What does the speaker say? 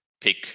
pick